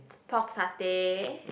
pork satay